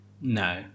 No